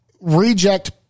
reject